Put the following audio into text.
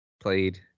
played